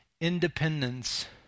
independence